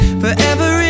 forever